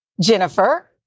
Jennifer